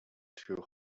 two